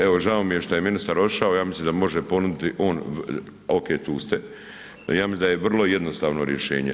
Evo žao mi je šta je ministar otišao, ja mislim da može ponuditi on, ok tu ste, ja mislim da je vrlo jednostavno rješenje.